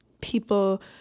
people